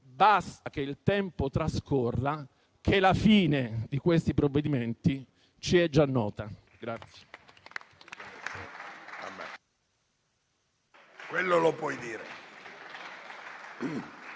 basta che il tempo trascorra, che la fine di questi provvedimenti ci è già nota.